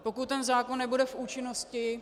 Pokud ten zákon nebude v účinnosti...